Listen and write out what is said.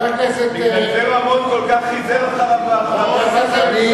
בגלל זה רמון כל כך חיזר אחריו, להיכנס לממשלה,